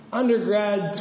undergrad